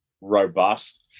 robust